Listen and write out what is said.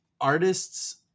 artists